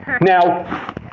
now